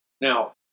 Now